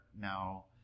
now